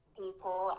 people